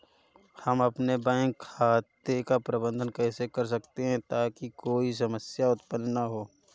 हम अपने बैंक खाते का प्रबंधन कैसे कर सकते हैं ताकि कोई समस्या उत्पन्न न हो?